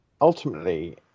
ultimately